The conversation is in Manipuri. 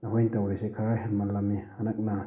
ꯅꯈꯣꯏꯅ ꯇꯧꯔꯤꯁꯦ ꯈꯔ ꯍꯦꯟꯃꯜꯂꯕꯅꯤ ꯍꯟꯗꯛꯅ